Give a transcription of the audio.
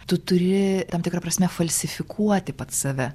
tu turi tam tikra prasme falsifikuoti pats save